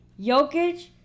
Jokic